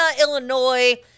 Illinois